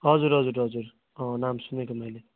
हजुर हजुर हजुर अँ नाम सुनेको थिएँ मैले